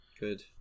Good